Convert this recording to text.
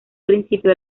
principio